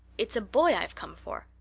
it's a boy i've come for.